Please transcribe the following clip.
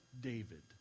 David